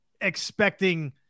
expecting